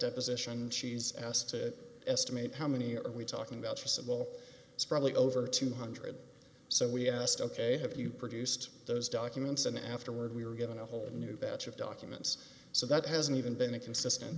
deposition she's asked to estimate how many are we talking about she said well it's probably over two hundred dollars so we asked ok if you produced those documents and afterward we were given a whole new batch of documents so that hasn't even been a consistent